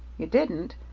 you didn't!